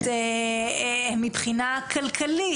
מבחינה כלכלית,